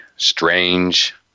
strange